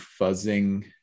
fuzzing